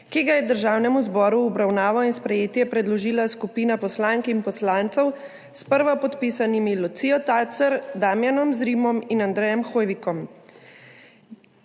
ki ga je Državnemu zboru v obravnavo in sprejetje predložila skupina poslank in poslancev s prvopodpisanimi Lucijo Tacer, Damijanom Zrimom in Andrejem Hoivikom.